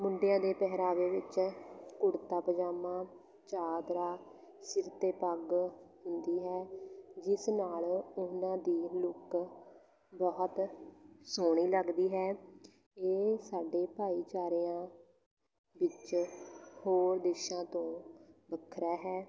ਮੁੰਡਿਆਂ ਦੇ ਪਹਿਰਾਵੇ ਵਿੱਚ ਕੁੜਤਾ ਪਜਾਮਾ ਚਾਦਰਾ ਸਿਰ 'ਤੇ ਪੱਗ ਹੁੰਦੀ ਹੈ ਜਿਸ ਨਾਲ ਉਹਨਾਂ ਦੀ ਲੁੱਕ ਬਹੁਤ ਸੋਹਣੀ ਲੱਗਦੀ ਹੈ ਇਹ ਸਾਡੇ ਭਾਈਚਾਰਿਆਂ ਵਿੱਚ ਹੋਰ ਦੇਸ਼ਾਂ ਤੋਂ ਵੱਖਰਾ ਹੈ